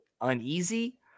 uneasy